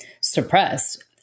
suppressed